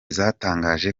zatangaje